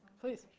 Please